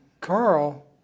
Carl